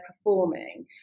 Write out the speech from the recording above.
performing